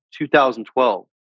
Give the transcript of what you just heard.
2012